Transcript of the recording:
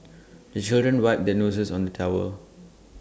the children wipe their noses on the towel